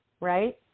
right